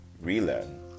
relearn